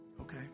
Okay